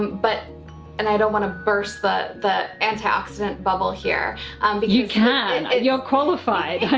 but and i don't want to burst the the antioxidant bubble here um but you can! you're qualified